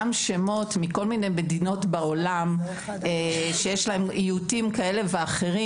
גם שמות מכל מיני מדינות בעולם שיש להם איותים כאלה ואחרים,